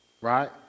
right